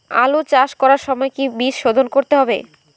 আলু চাষ করার সময় কি বীজ শোধন করতে হবে?